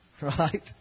Right